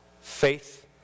faith